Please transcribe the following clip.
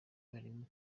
abarimu